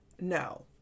No